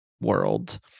world